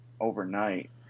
overnight